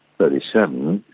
thirty seven,